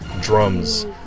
drums